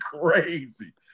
crazy